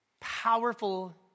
powerful